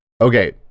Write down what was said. okay